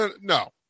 No